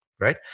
right